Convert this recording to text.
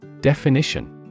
Definition